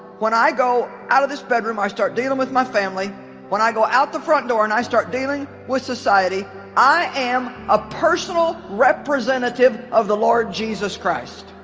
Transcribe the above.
when i go out of this bedroom i start dealing with my family when i go out the front door and i start dealing with society i am a personal representative of the lord jesus christ,